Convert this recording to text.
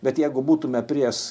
bet jeigu būtume pries